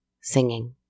singing